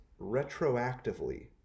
retroactively